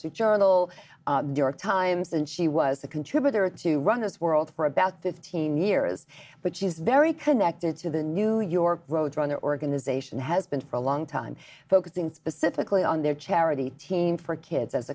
street journal york times and she was a contributor to run this world for about fifteen years but she's very connected to the new york road runner organization has been for a long time focusing specifically on their charity team for kids as